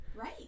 Right